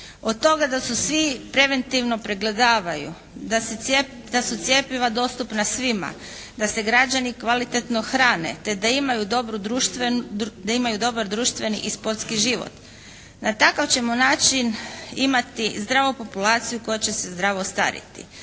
Od toga da se svi preventivno pregledavaju, da su cjepiva dostupna svima. Da se građani kvalitetno hrane te da imaju društvenu, da imaju dobar društveni i sportski život. Na takav ćemo način imati zdravo populaciju koja će se, zdravo stariti.